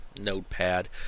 notepad